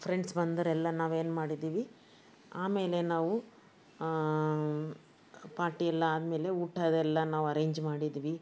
friends ಬಂದವರೆಲ್ಲ ನಾವೇನು ಮಾಡಿದ್ದೀವಿ ಆಮೇಲೆ ನಾವು ಪಾರ್ಟಿ ಎಲ್ಲ ಆದ್ಮೇಲೆ ಊಟದ್ದೆಲ್ಲ ನಾವು ಅರೇಂಜ್ ಮಾಡಿದ್ವಿ